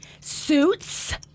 Suits